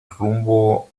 rumbo